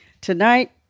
Tonight